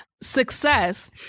success